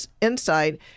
insight